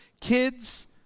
kids